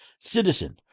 citizen